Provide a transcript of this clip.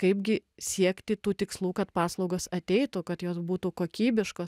kaip gi siekti tų tikslų kad paslaugos ateitų kad jos būtų kokybiškos